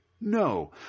No